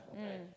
mm